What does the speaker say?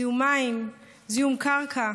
זיהום מים וזיהום קרקע.